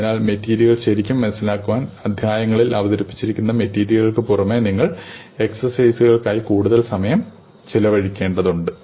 അതിനാൽ മെറ്റീരിയൽ ശരിക്കും മനസിലാക്കാൻ അധ്യായങ്ങളിൽ അവതരിപ്പിക്കുന്ന മെറ്റീരിയലുകൾക്ക് പുറമെ നിങ്ങൾ എക്സർസൈസുകൾക്കായി കൂടുതൽ സമയം ചെലവഴിക്കേണ്ടതുണ്ട്